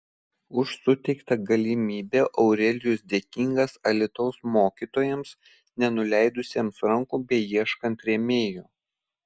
už suteiktą galimybę aurelijus dėkingas alytaus mokytojams nenuleidusiems rankų beieškant rėmėjų